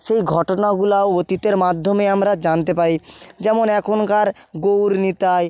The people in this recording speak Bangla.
সেই ঘটনাগুলোও অতীতের মাধ্যমে আমরা জানতে পারি যেমন এখনকার গৌর নিতাই